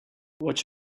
watch